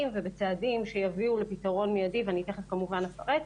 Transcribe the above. ובצעדים שיביאו לפתרון מיידי ואני תיכף כמובן אפרט,